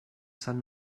san